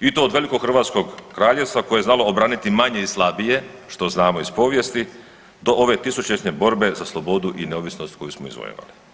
i to od velikog hrvatskog kraljevstva koje je znalo obraniti manje i slabije što znamo iz povijesti do ove tisućljećne borbe za slobodu i neovisnost koju smo izvojevali.